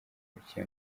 muke